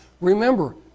Remember